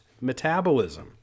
metabolism